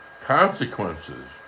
consequences